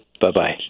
Bye-bye